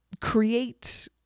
create